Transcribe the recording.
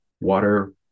water